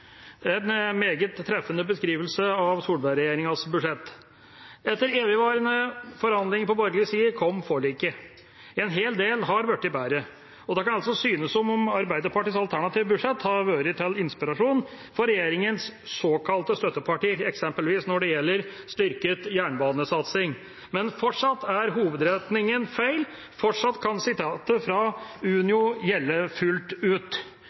en meget treffende beskrivelse av Solberg-regjeringas budsjett. Etter evigvarende forhandlinger på borgerlig side kom forliket. En hel del har blitt bedre, og det kan synes som om Arbeiderpartiets alternative budsjett har vært til inspirasjon for regjeringas såkalte støttepartier, eksempelvis når det gjelder styrket jernbanesatsing. Men fortsatt er hovedinnretningen feil. Fortsatt kan sitatet fra Unio gjelde fullt ut.